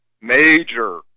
major